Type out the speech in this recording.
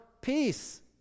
peace